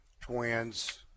twins